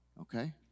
Okay